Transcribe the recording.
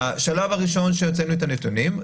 בשלב הראשון כשהוצאנו את הנתונים,